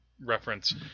reference